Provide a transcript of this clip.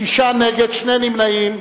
שישה נגד, שני נמנעים.